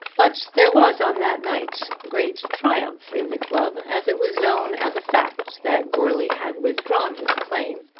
but there was on that night great triumph in the club as it was known as a fact that goarly had withdrawn his claim,